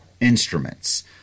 instruments